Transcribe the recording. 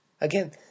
Again